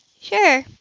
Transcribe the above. Sure